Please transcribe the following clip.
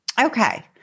okay